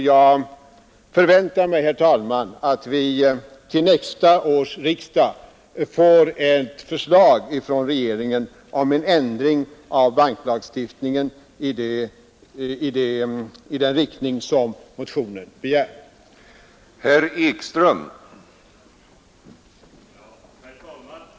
Jag förväntar mig, herr talman, att vi till nästa års riksdag får ett förslag från regeringen om ändring av banklagstiftningen i den riktning som motionen begär.